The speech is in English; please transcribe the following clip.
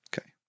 Okay